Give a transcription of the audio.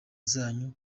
zanyu